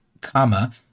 comma